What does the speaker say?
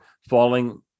falling